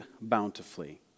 bountifully